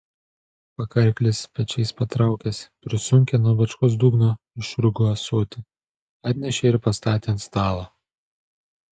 pakarklis pečiais patraukęs prisunkė nuo bačkos dugno išrūgų ąsotį atnešė ir pastatė ant stalo